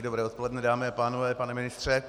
Dobré odpoledne, dámy a pánové, pane ministře.